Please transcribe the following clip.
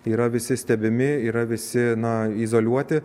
yra visi stebimi yra visi na izoliuoti